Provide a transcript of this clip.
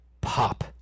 pop